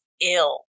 ill